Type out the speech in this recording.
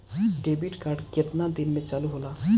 Debit card केतना दिन में चालु होला?